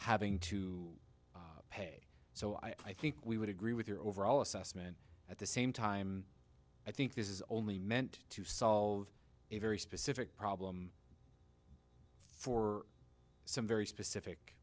having to pay so i think we would agree with your overall assessment at the same time i think this is only meant to solve a very specific problem for some very specific